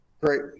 Great